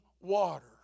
water